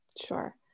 Sure